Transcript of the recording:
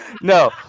No